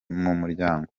mumuryango